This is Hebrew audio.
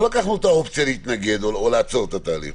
לא לקחנו את האופציה להתנגד או לעצור את התהליך,